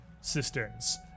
cisterns